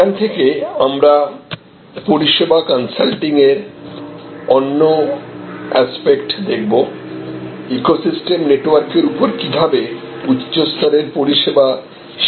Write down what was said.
এখান থেকে আমরা পরিষেবা কনসাল্টিং এর অন্য এসপেক্ট দেখব ইকোসিস্টেম নেটওয়ার্কের উপর কিভাবে উচ্চস্তরের পরিষেবা শেয়ারিং কাজ করে